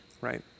Right